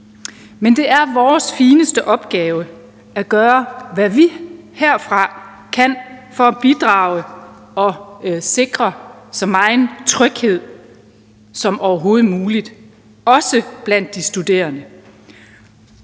Men det er vores fineste opgave at gøre, hvad vi herfra kan for at bidrage og sikre så megen tryghed som overhovedet muligt, også blandt de studerende.